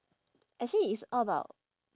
actually it's all about